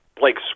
Blake